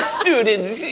students